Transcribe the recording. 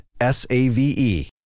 S-A-V-E